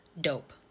Dope